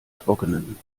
trockenen